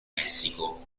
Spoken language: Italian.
messico